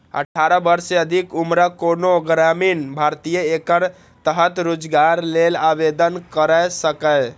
अठारह वर्ष सँ अधिक उम्रक कोनो ग्रामीण भारतीय एकर तहत रोजगार लेल आवेदन कैर सकैए